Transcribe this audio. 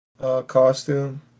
Costume